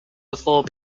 before